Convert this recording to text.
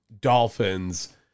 Dolphins